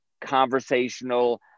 conversational